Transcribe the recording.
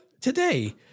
today